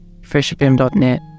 FreshFM.net